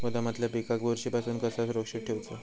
गोदामातल्या पिकाक बुरशी पासून कसा सुरक्षित ठेऊचा?